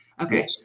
okay